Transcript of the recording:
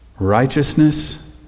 righteousness